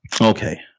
Okay